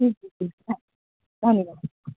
ठीक छै ठीक छै धन्यवाद